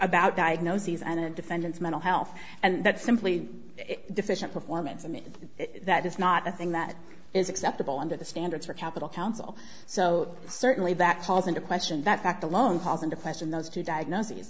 about diagnoses and a defendant's mental health and that's simply deficient performance and that is not a thing that is acceptable under the standards for capital counsel so certainly that calls into question that fact alone calls into question those two diagnoses